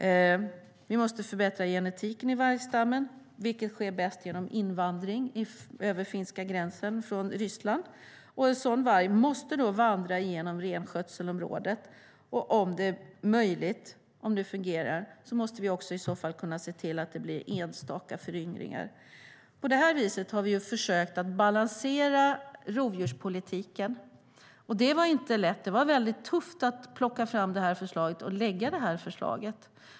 Vi måste förbättra genetiken i vargstammen, vilket sker bäst genom invandring över finska gränsen från Ryssland. En sådan varg måste då vandra genom renskötselområdet, och om det fungerar måste vi se till att det blir enstaka föryngringar. På detta vis har vi försökt balansera rovdjurspolitiken. Det var inte lätt; det var väldigt tufft att plocka fram och lägga fram det här förslaget.